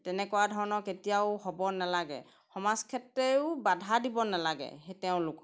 তেনেকুৱা ধৰণৰ কেতিয়াও হ'ব নালাগে সমাজ ক্ষেত্ৰও বাধা দিব নালাগে সেই তেওঁলোকক